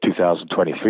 2023